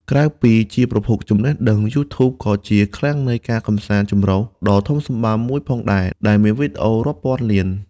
ក្រៅពីជាប្រភពចំណេះដឹង YouTube ក៏ជា ឃ្លាំងនៃការកម្សាន្តចម្រុះ ដ៏ធំសម្បើមមួយផងដែរ ដែលមានវីដេអូរាប់ពាន់លាន។